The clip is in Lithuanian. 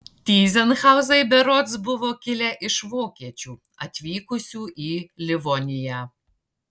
tyzenhauzai berods buvo kilę iš vokiečių atvykusių į livoniją